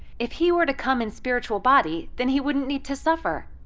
if he were to come in spiritual body, then he wouldn't need to suffer,